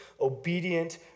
obedient